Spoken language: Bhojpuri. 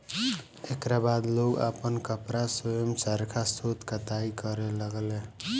एकरा बाद लोग आपन कपड़ा स्वयं चरखा सूत कताई करे लगले